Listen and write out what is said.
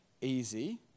easy